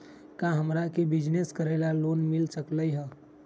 का हमरा के बिजनेस करेला लोन मिल सकलई ह?